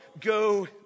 go